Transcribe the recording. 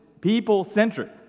people-centric